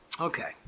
Okay